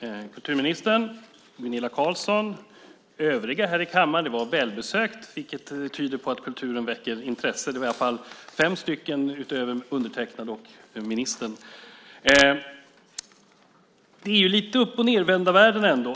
Fru talman, kulturministern, Gunilla Carlsson och övriga här i kammaren! Kammaren är just nu välbesökt, vilket tyder på att kulturen väcker intresse. Vi är i alla fall fem utöver mig själv och ministern. Det är ändå lite av uppochnedvända världen.